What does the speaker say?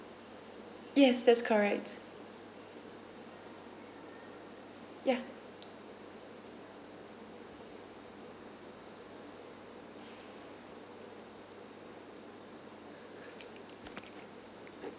yes that's correct ya